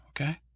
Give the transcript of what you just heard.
okay